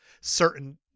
certain